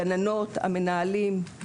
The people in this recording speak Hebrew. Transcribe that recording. הגננות והמנהלים,